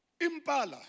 Impala